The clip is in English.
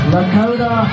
Lakota